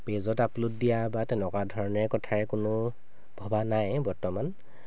পেজত আপলোড দিয়া বা তেনেকুৱা ধৰণেৰে কথাৰে কোনো ভবা নাই বৰ্তমান